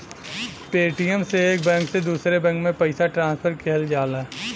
Paytm से एक bank से दूसरे बैंक में पइसा ट्रांसफर किहल जाला